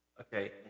okay